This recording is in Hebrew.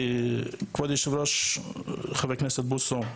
כבוד היושב ראש חבר הכנסת בוסו,